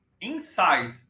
inside